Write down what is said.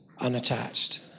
unattached